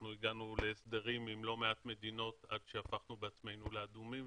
אנחנו הגענו להסדרים עם לא מעט מדינות עד שהפכנו בעצמנו לאדומים,